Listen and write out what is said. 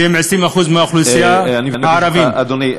שהם 20% מהאוכלוסייה, אדוני,